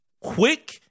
quick